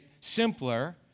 simpler